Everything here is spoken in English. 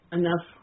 enough